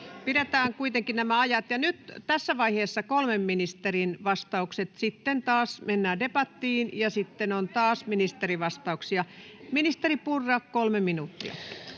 Pidetään kuitenkin nämä ajat. — Nyt tässä vaiheessa kolmen ministerin vastaukset, sitten taas mennään debattiin, ja sitten on taas ministerivastauksia. — Ministeri Purra, kolme minuuttia.